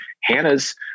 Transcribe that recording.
Hannah's